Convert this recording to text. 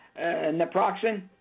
Naproxen